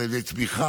על ידי תמיכה,